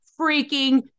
freaking